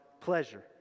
pleasure